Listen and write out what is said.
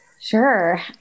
Sure